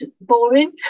boring